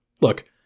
look